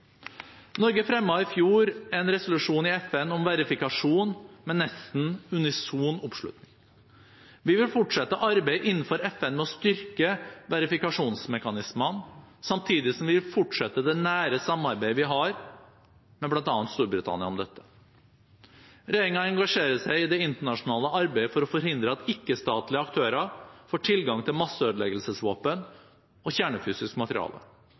Norge fremmet i fjor en resolusjon i FN om verifikasjon med nesten unison oppslutning. Vi vil fortsette arbeidet innenfor FN med å styrke verifikasjonsmekanismene, samtidig som vi vil fortsette det nære samarbeidet vi har med bl.a. Storbritannia om dette. Regjeringen engasjerer seg i det internasjonale arbeidet for å forhindre at ikke-statlige aktører får tilgang til masseødeleggelsesvåpen og kjernefysisk materiale.